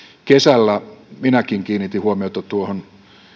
kesällä minäkin kiinnitin huomiota tuohon